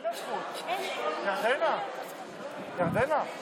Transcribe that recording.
בבקשה, יוליה.